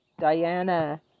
Diana